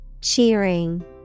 Cheering